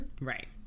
Right